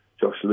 Josh